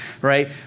right